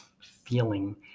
feeling